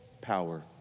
power